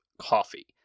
coffee